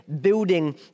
building